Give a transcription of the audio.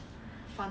then I I